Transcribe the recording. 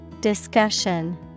Discussion